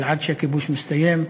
אבל עד שהכיבוש מסתיים,